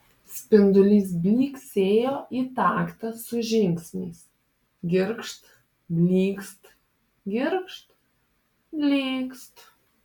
spindulys blyksėjo į taktą su žingsniais girgžt blykst girgžt blykst